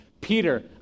Peter